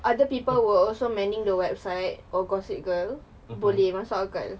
other people were also manning the website of gossip girl boleh masuk akal